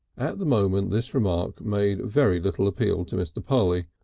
at the moment this remark made very little appeal to mr. polly.